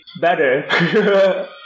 better